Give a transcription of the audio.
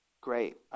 Great